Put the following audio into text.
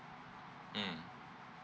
mm